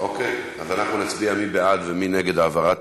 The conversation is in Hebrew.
אוקיי, אז אנחנו נצביע מי בעד ומי נגד העברת